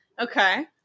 Okay